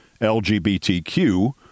LGBTQ